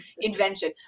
invention